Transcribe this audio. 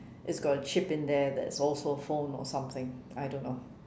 it's got a chip in there that's also phone or something I don't know